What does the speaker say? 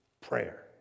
prayer